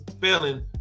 failing